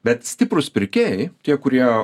bet stiprūs pirkėjai tie kurie